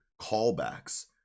callbacks